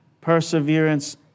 Perseverance